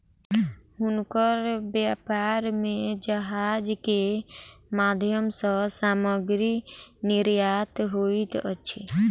हुनकर व्यापार में जहाज के माध्यम सॅ सामग्री निर्यात होइत अछि